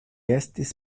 estis